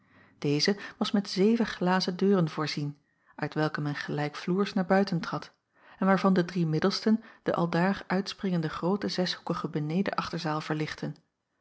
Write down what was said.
deze was met zeven glazen deuren voorzien uit welke men gelijkvloers naar buiten trad en waarvan de drie middelsten de aldaar uitspringende groote zeshoekige beneden achterzaal verlichtten